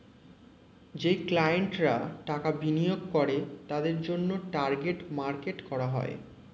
যেই ক্লায়েন্টরা টাকা বিনিয়োগ করে তাদের জন্যে টার্গেট মার্কেট করা হয়